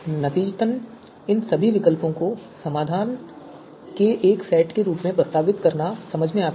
नतीजतन इन सभी विकल्पों को समाधान के एक सेट के रूप में प्रस्तावित करना समझ में आता है